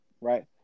Right